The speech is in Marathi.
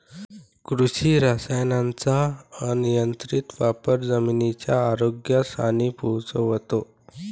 कृषी रसायनांचा अनियंत्रित वापर जमिनीच्या आरोग्यास हानी पोहोचवतो